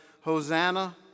Hosanna